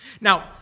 Now